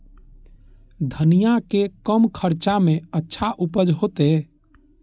धनिया के कम खर्चा में अच्छा उपज होते?